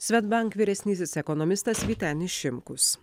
swedbank vyresnysis ekonomistas vytenis šimkus